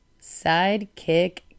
Sidekick